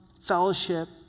fellowship